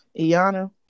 Iana